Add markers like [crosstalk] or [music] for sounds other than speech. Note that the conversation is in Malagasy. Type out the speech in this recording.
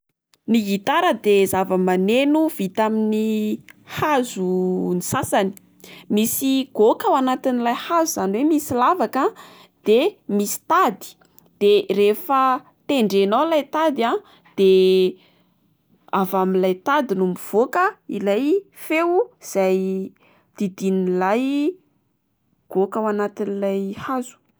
Ny gitara de zava-maneno vita amin'ny hazo [hesitation] ny sasany, misy goka ao anatin'ilay hazo izany oe misy lavaka de misy tady de rehefa tendrenao ilay tady a de [hesitation] avamin'ilay tady no mivoaka ilay feo izay [hesitation] didinin'ilay goka ao anatin'ilay hazo.